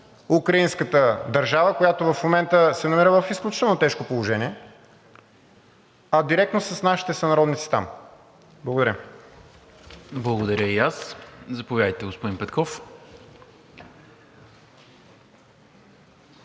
украинската държава, която в момента се намира в изключително тежко положение, а директно с нашите сънародници там? Благодаря. ПРЕДСЕДАТЕЛ НИКОЛА МИНЧЕВ: Благодаря и аз. Заповядайте, господин Петков.